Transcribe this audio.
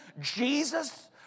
Jesus